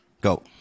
Go